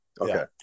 Okay